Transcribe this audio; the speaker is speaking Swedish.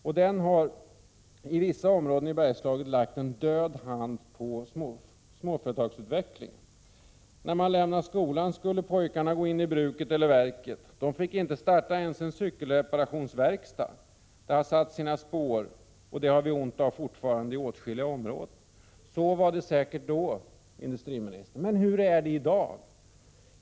Och den har i vissa områden i Bergslagen lagt en död hand på småföretagsutvecklingen. När man lämnade skolan skulle pojkarna gå in i bruket eller verket. De fick inte starta ens en cykelreparationsverkstad. Det har satt sina spår och det har vi ont av fortfarande i åtskilliga områden.” Så var det säkert då. Men hur är det i dag?